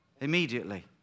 immediately